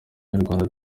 nyarwanda